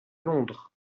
londres